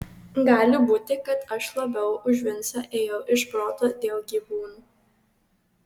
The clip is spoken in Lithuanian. gali būti kad aš labiau už vincą ėjau iš proto dėl gyvūnų